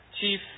Chief